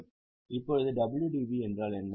இப்போது WDV என்றால் என்ன